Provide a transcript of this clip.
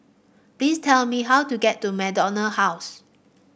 please tell me how to get to MacDonald House